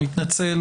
אני מתנצל